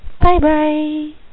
Bye-bye